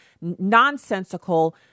nonsensical